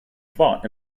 fought